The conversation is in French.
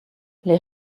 les